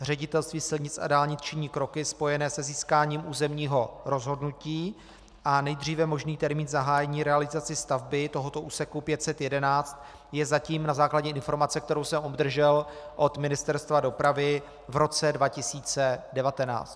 Ředitelství silnic a dálnic činí kroky spojené se získáním územního rozhodnutí a nejdříve možný termín zahájení realizace stavby tohoto úseku 511 je zatím na základě informace, kterou jsem obdržel od Ministerstva dopravy, v roce 2019.